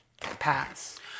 pass